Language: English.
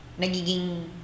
nagiging